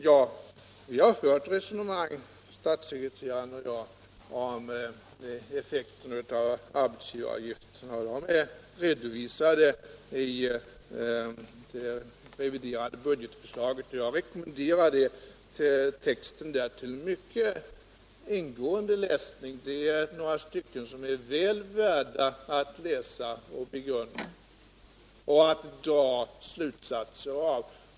Statssekreteraren och jag har fört resonemang om effekten av arbetsgivaravgiften, och de resonemangen är redovisade i det reviderade bud getförslaget. Jag rekommenderar texten där till mycket ingående läsning — några av styckena är väl värda att läsa och begrunda och dra slutsatser av.